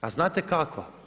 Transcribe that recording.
A znate kakva?